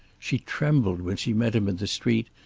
she trembled when she met him in the street,